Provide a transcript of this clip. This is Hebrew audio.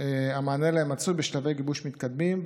המענה עליהן מצוי בשלבי גיבוש מתקדמים,